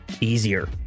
easier